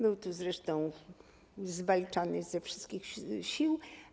Był tu zresztą zwalczany ze wszystkich sił.